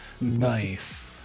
Nice